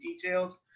detailed